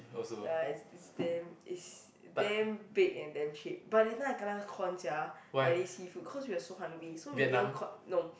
ya it's it's damn it's damn big and damn cheap but that time I kena con sia by this seafood cause we were so hungry so we didn't no